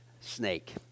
snake